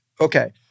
Okay